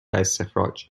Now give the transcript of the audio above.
استخراج